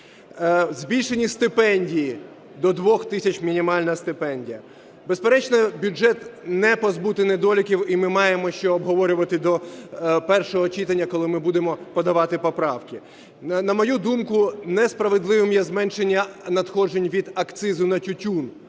Збільшені стипендії – до 2 тисяч мінімальна стипендія. Безперечно, бюджет не позбутий недоліків, і ми маємо що обговорювати до першого читання, коли ми будемо подавати поправки. На мою думку, несправедливим є зменшення надходжень від акцизу на тютюн,